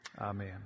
Amen